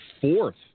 fourth